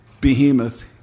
behemoth